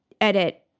edit